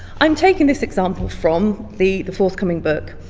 i'm taking this example from the the forthcoming book,